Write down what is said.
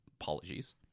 apologies